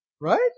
Right